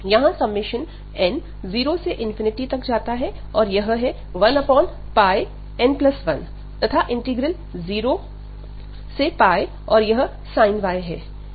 यहां summation n 0 से तक जाता है और यह है 1πn1 तथा इंटीग्रल 0 से और यह sin y है